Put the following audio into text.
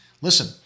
Listen